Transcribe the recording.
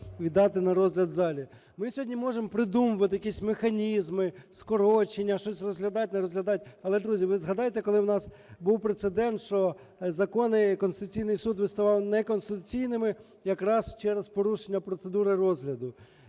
віддати на розгляд в залі. Ми сьогодні можемо придумувати якісь механізми, скорочення, щось розглядати, не розглядати. Але, друзі, ви згадайте, коли у нас був прецедент, що закони Конституційний Суд визнавав неконституційними якраз через порушення процедури розгляду.